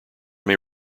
may